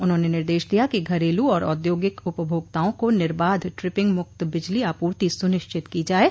उन्होंने निर्देश दिया कि घरेलू आर औद्योगिक उपभोक्ताओं को निर्बाध ट्रिपिंग मुक्त बिजली आपूर्ति सुनिश्चित की जाये